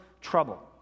trouble